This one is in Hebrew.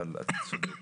אבל אתה צודק,